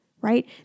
right